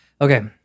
Okay